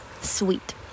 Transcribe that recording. sweet